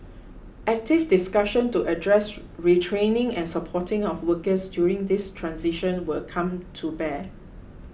active discussion to address retraining and supporting of workers during this transition will come to bear